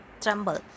tremble